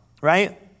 right